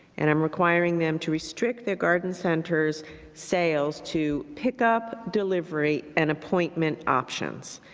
and am requiring them to restrict the garden centers sales to pick up delivery, and appointment options.